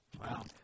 Wow